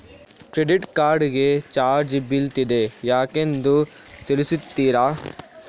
Credit card ಗೆ charge ಬೀಳ್ತಿದೆ ಯಾಕೆಂದು ತಿಳಿಸುತ್ತೀರಾ?